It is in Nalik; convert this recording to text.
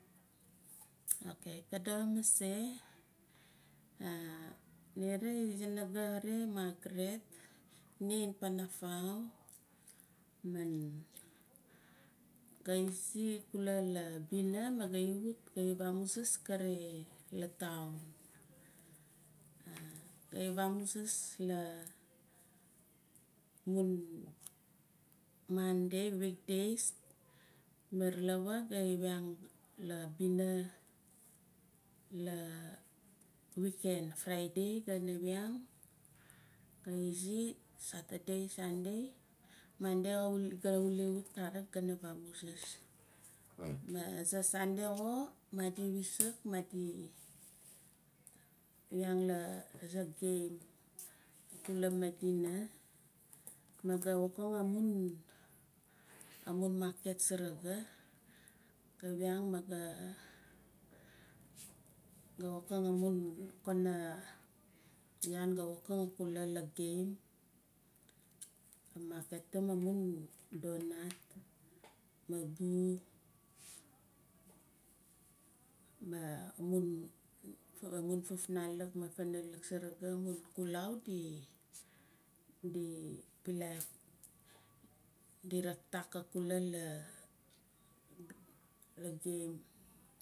Ok ka doxo mase ni xare izan nagu magereth ni itan panafau maan ga izi kula labina ma gai wut gai vamuzzaz kare la tain gai vamuzzaz la mun monday weekdays maar lawa ga wan labina la wweekend friday gana wiang ga izi, saturday, sunday, monday gana wule wut karik gana vamuzzuz. Aze sunday xo madi wizak madi wiang la aza game ikula madina maa ga wokang amun market saraga ga wiang ma ga ga marketim amun donut ma bua ma amun fufnalik ma fanalik saraga amun xulau di- di pilai di raktak akula la game.